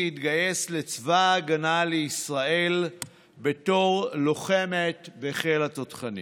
להתגייס לצבא ההגנה לישראל בתור לוחמת בחיל התותחנים.